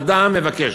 אדם מבקש: